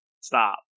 Stop